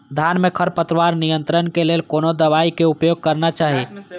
धान में खरपतवार नियंत्रण के लेल कोनो दवाई के उपयोग करना चाही?